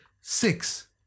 six